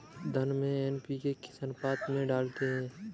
धान में एन.पी.के किस अनुपात में डालते हैं?